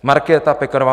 Markéta Pekarová